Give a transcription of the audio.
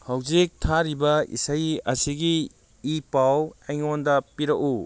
ꯍꯧꯖꯤꯛ ꯊꯥꯔꯤꯕ ꯏꯁꯩ ꯑꯁꯤꯒꯤ ꯏ ꯄꯥꯎ ꯑꯩꯉꯣꯟꯗ ꯄꯤꯔꯛꯎ